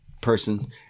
person